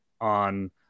on